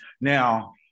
Now